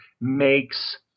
makes